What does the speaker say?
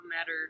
matter